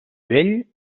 vell